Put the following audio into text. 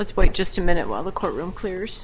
let's wait just a minute while the courtroom clears